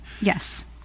Yes